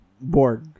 borg